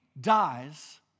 dies